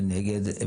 אין נגד.